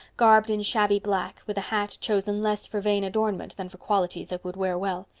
garbed in shabby black, with a hat chosen less for vain adornment than for qualities that would wear well.